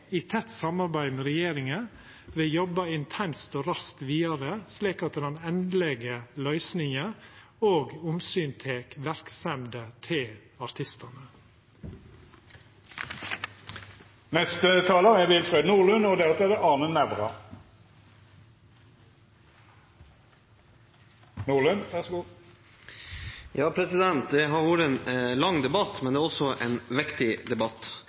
i tett samarbeid med regjeringa vil jobba intenst og raskt vidare, slik at den endelege løysinga òg tek omsyn til verksemda til artistane. Det har vært en lang debatt, men det er også en viktig debatt. For Senterpartiet har diskusjonen og det vi har